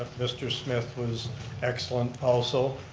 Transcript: mr. smith was excellent also,